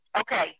Okay